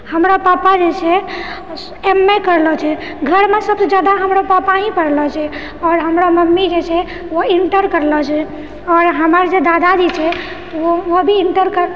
हमरा पापा जे छै एम ए करलो छै घरमे सबसँ जादा हमरो पापा ही पढ़लो छै आओर हमरो मम्मी जे छै ओ इन्टर करलो छै आओर हमरजे दादाजी छै वो भी इन्टर करलो